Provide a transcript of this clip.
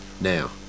now